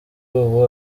ubu